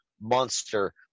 monster